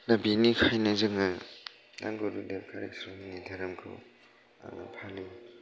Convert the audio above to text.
दा बेनिखायनो जोङो आंबो गुरुदेब कालिचरननि धोरोमखौ न'आव फालियो